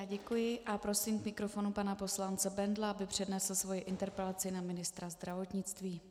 Děkuji a prosím k mikrofonu pana poslance Bendla, aby přednesl svoji interpelaci na ministra zdravotnictví.